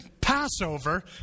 Passover